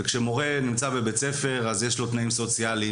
וכשמורה נמצא בבית ספר אז יש לו תנאים סוציאליים,